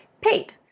paid